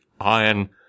iron